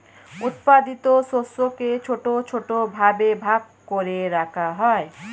উৎপাদিত শস্যকে ছোট ছোট ভাবে ভাগ করে রাখা হয়